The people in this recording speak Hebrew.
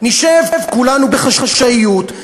נשב כולנו בחשאיות,